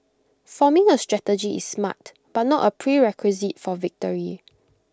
forming A strategy is smart but not A prerequisite for victory